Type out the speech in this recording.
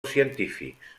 científics